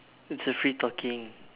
it's a free talking